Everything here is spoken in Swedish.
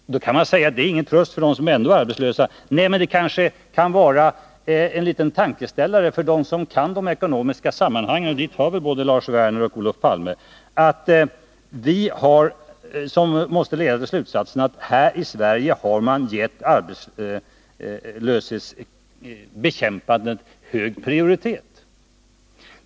Mot det kan man säga att detta inte är någon tröst för dem som är arbetslösa, men det kan ändå vara en liten tankeställare för dem som är insatta i de ekonomiska sammanhangen — och dit hör väl både Lars Werner och Olof Palme — att siffrorna måste leda till slutsatsen att vi här i Sverige har givit frågor som gällt bekämpandet av arbetslösheten hög prioritet.